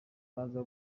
baza